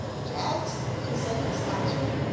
jaggs? she said in astonishment.